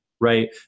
right